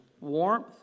warmth